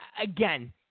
again